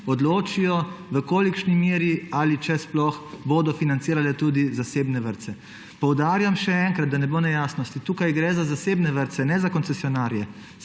odločijo, v kolikšni meri ali če sploh, bodo financirale tudi zasebne vrtce. Poudarjam še enkrat, da ne bo nejasnosti. Tukaj gre za zasebne vrtce, ne za koncesionarje;